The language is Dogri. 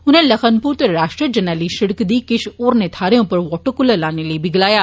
उनें लखनपुर ते राश्ट्रय जरनैली षिड़क दी किष होरने थाहरें उप्पर वाटर कूलर लाने लेई बी गलाया